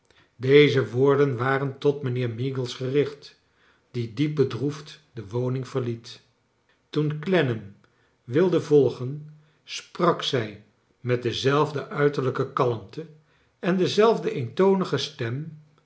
deze woorden waren tot mijnheer meagles gericht die diep bedroefd de woning verliet toen clennam wilde volgen sprak zij met dezelfde uiterlijke kalmte en dezelfde eentonige stem